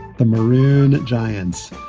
the maroon giants.